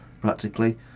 Practically